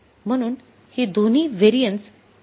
म्हणून ही दोन्ही व्हेरिएन्स एकमेकांशी बरोबरीने आहेत